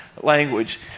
language